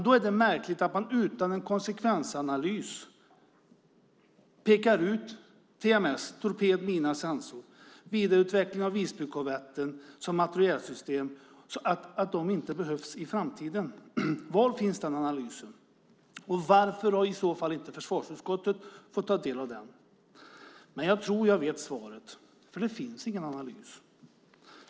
Då är det märkligt att man utan konsekvensanalys pekar ut TMS - torped, mina, sensor - och vidareutvecklingen av Visbykorvetten som materielsystem som inte behövs i framtiden. Var finns den analysen? Och varför har i så fall inte försvarsutskottet fått ta del av den? Jag tror att jag vet svaret. Det finns ingen analys.